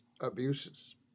abuses